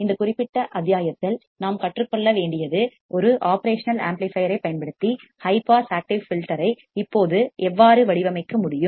இந்த குறிப்பிட்ட அத்தியாயத்தில் நாம் கற்றுக்கொள்ள வேண்டியது ஒரு ஒப்ரேஷனல் ஆம்ப்ளிபையர் ஐப் பயன்படுத்தி ஹை பாஸ் ஆக்டிவ் ஃபில்டர் ஐ இப்போது எவ்வாறு வடிவமைக்க முடியும்